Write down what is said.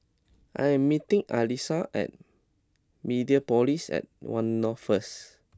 I am meeting Alisa at Mediapolis at One North first